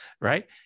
right